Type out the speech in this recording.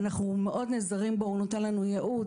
אנחנו מאוד נעזרים בו והוא נותן לנו ייעוץ,